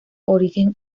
origen